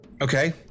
Okay